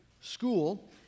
school